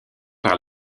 par